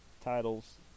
titles